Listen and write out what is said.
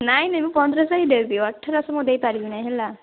ନାଇଁ ନାଇଁ ମୁଁ ପନ୍ଦରଶହ ହିଁ ଦେବି ଅଠରଶହ ମୁଁ ଦେଇପାରିବି ନାହିଁ ହେଲା